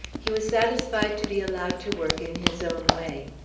he was satisfied to be allowed to work in his own way.